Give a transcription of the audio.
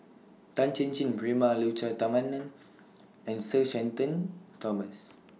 Tan Chin Chin Prema Letchumanan and Sir Shenton Thomas